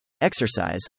exercise